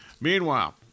Meanwhile